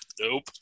Nope